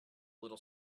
little